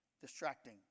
distracting